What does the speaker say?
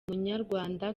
munyarwanda